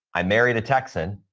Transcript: i married a texan.